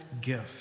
gift